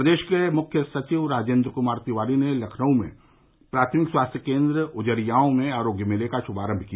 प्रदेश के मुख्य सचिव राजेन्द्र कुमार तिवारी ने लखनऊ में प्राथमिक स्वास्थ्य केन्द्र उजरियाव में आरोग्य मेले का शुमारंभ किया